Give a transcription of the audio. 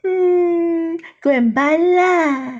go and buy lah